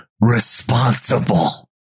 responsible